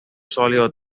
sólido